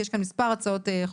כי יש כאן מספר הצעות חוק,